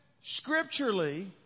scripturally